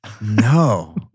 No